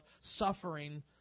suffering